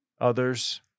others